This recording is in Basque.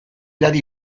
hadi